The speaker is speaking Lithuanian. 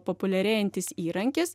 populiarėjantis įrankis